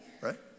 right